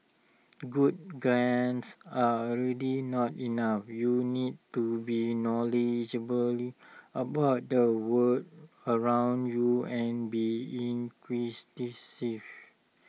good grades are really not enough you need to be knowledgeably about the world around you and be